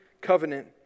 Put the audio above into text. covenant